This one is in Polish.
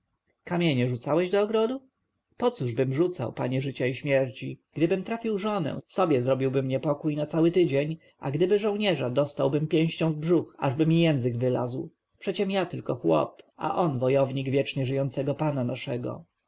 kamienie rzucałeś do ogrodu pocóżbym rzucał panie życia i śmierci gdybym trafił żonę sobie zrobiłbym niepokój na cały tydzień a gdyby żołnierza dostałbym pięścią w brzuch ażby mi język wylazł przeciem ja tylko chłop a on wojownik wiecznie żyjącegażyjącego pana naszego